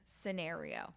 scenario